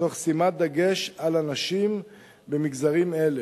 תוך שימת דגש על הנשים במגזרים אלה.